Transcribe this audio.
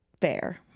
fair